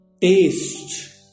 taste